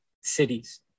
cities